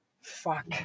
Fuck